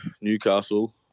Newcastle